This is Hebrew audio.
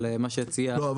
אבל מה שהציע -- לא,